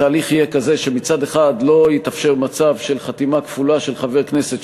התהליך יהיה כזה שמצד אחד לא יתאפשר מצב של חתימה כפולה של חבר כנסת,